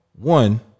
one